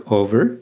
over